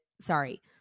sorry